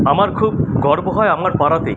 আমার খুব গর্ব হয় আমার পাড়াতেই